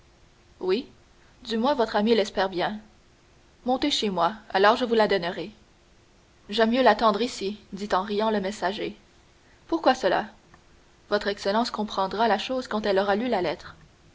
mains oui du moins votre ami l'espère bien montez chez moi alors je vous la donnerai j'aime mieux l'attendre ici dit en riant le messager pourquoi cela votre excellence comprendra la chose quand elle aura lu la lettre